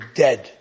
dead